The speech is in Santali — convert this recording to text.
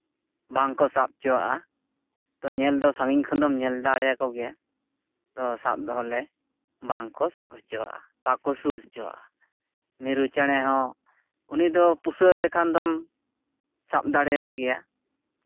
ᱵᱟᱝᱠᱚ ᱥᱟᱵ ᱦᱚᱪᱚᱣᱟᱜᱼᱟ ᱛᱚ ᱧᱮᱞᱫᱚ ᱥᱟᱺᱜᱤᱧ ᱠᱷᱚᱱᱫᱚᱢ ᱧᱮᱞ ᱫᱟᱲᱮ ᱟᱠᱚ ᱜᱮᱭᱟ ᱟᱫᱚ ᱥᱟᱵᱫᱚ ᱚᱱᱮ ᱵᱟᱝᱠᱚ ᱥᱟᱵ ᱦᱚᱪᱚᱣᱟᱜᱼᱟ ᱵᱟᱠᱚ ᱥᱩᱨ ᱦᱚᱪᱚᱣᱟᱜᱼᱟ ᱢᱤᱨᱩ ᱪᱮᱬᱮ ᱦᱚᱸ ᱩᱱᱤ ᱫᱚ ᱯᱩᱥᱟᱹᱣ ᱮ ᱞᱮᱠᱷᱟᱱ ᱫᱚᱢ ᱥᱟᱵ ᱫᱟᱲᱮᱭᱟᱭ ᱜᱮᱭᱟ